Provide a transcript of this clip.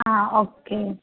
ആ ഓക്കെ